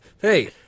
hey